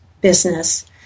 business